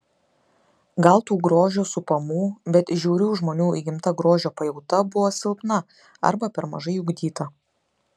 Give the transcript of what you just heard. gal tų grožio supamų bet žiaurių žmonių įgimta grožio pajauta buvo silpna arba per mažai ugdyta